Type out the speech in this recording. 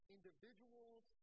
Individuals